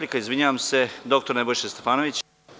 Izvinjavam se, replika, Nebojša Stefanović.